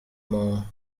more